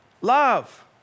love